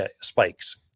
spikes